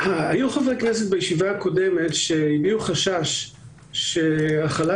בישיבה הקודמת היו חברי כנסת שהביעו חשש שהחלת